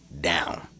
down